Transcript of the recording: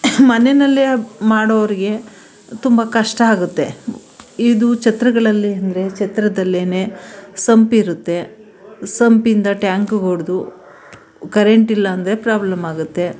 ಮನೆಯಲ್ಲೆ ಮಾಡೋರಿಗೆ ತುಂಬ ಕಷ್ಟ ಆಗುತ್ತೆ ಇದು ಛತ್ರಗಳಲ್ಲಿ ಅಂದರೆ ಛತ್ರದಲ್ಲಿಯೇ ಸಂಪಿರುತ್ತೆ ಸಂಪಿಂದ ಟ್ಯಾಂಕ್ಗೆ ಒಡೆದು ಕರೆಂಟ್ ಇಲ್ಲ ಅಂದ್ರೆ ಪ್ರಾಬ್ಲಮ್ಮಾಗುತ್ತೆ